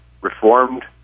reformed